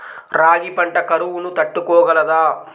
రాగి పంట కరువును తట్టుకోగలదా?